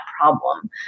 problem